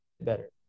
better